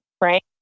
right